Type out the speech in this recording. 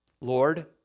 Lord